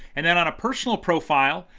and then on a personal profile,